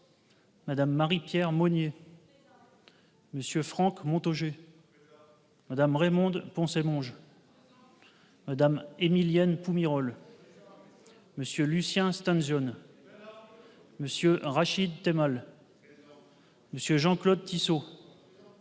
Madame Marie-Pierre Monnier. Monsieur Franck Montaugé. Madame Raymonde Poncet Monge. Madame Émilienne Pumerole. Monsieur Lucien Stones, Jon. Monsieur hein. Rachid Temal. Monsieur Jean-Claude Tissot.